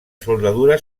soldadura